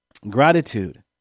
gratitude